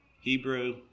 Hebrew